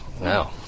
no